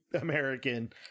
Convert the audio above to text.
american